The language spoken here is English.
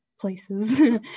places